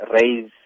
raise